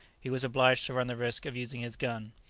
he was obliged to run the risk of using his gun.